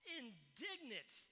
indignant